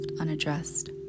unaddressed